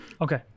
Okay